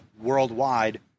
worldwide